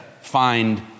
find